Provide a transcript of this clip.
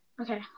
Okay